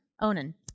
Onan